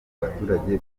baturage